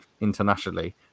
internationally